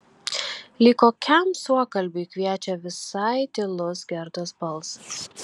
lyg kokiam suokalbiui kviečia visai tylus gerdos balsas